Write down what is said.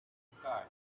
sky